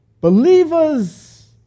believers